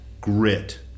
Grit